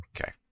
okay